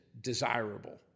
desirable